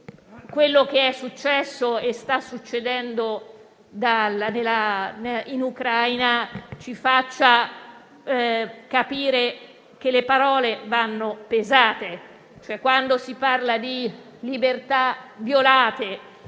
quello che è successo e sta succedendo in Ucraina ci faccia capire che le parole vanno pesate. Quando si parla di libertà e